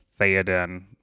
Theoden